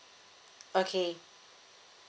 okay